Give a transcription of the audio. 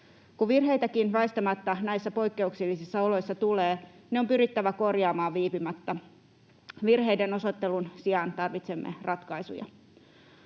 Kun virheitäkin väistämättä näissä poikkeuksellisissa oloissa tulee, ne on pyrittävä korjaamaan viipymättä. Virheiden osoittelun sijaan tarvitsemme ratkaisuja.